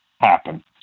happen